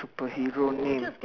superhero name